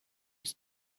its